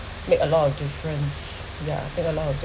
make a lot of difference yeah make a lot of